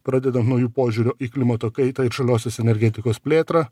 pradedant nuo jų požiūrio į klimato kaitą ir žaliosios energetikos plėtrą